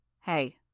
Hey